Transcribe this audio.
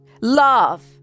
love